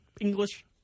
English